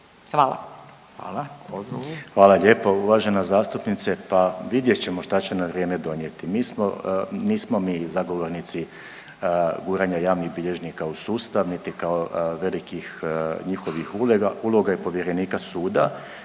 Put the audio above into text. (HDSSB)** Hvala lijepa. Uvažena zastupnice, pa vidjet ćemo šta će nam vrijeme donijeti. Nismo mi zagovornici guranja javnih bilježnika u sustav niti kao velikih njihovih uloga i povjerenika suda